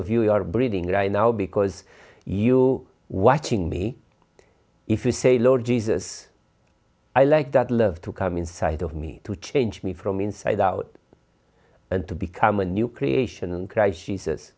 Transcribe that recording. of you are breathing right now because you watching me if you say lord jesus i like that love to come inside of me to change me from inside out and to become a new creation and cry she says